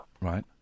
Right